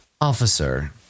officer